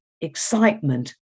excitement